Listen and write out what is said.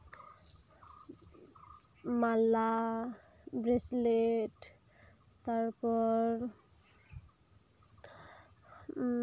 ᱢᱟᱞᱟ ᱵᱨᱤᱥᱞᱮᱴ ᱛᱟᱨᱯᱚᱨ